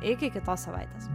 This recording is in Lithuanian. iki kitos savaitės